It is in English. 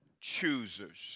choosers